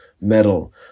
metal